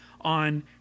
on